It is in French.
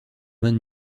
mains